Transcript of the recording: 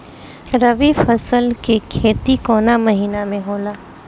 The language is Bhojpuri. रवि फसल के खेती कवना महीना में होला?